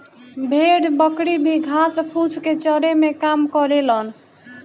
भेड़ बकरी भी घास फूस के चरे में काम करेलन